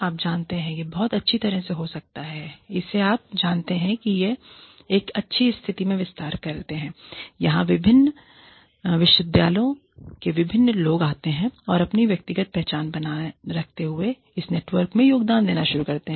आप जानते हैं यह बहुत अच्छी तरह से हो सकता है इसे आप जानते हैंकी एक ऐसी स्थिति में विस्तार करते हैं जहां विभिन्न विश्वविद्यालयों में विभिन्न लोग आते हैं और अपनी व्यक्तिगत पहचान बनाए रखते हुए इस नेटवर्क में योगदान देना शुरू करते हैं